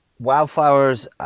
Wildflowers